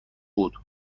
بود